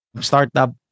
startup